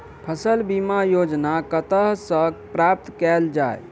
फसल बीमा योजना कतह सऽ प्राप्त कैल जाए?